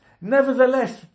Nevertheless